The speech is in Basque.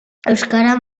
euskarak